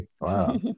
Wow